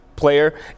player